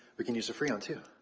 we can use the freon, too.